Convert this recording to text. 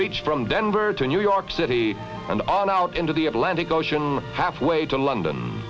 reach from denver to new york city and on out into the atlantic ocean halfway to london